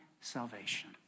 salvation